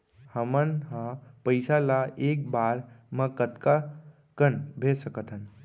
हमन ह पइसा ला एक बार मा कतका कन भेज सकथन?